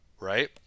right